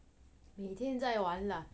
每天在玩 lah